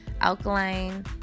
Alkaline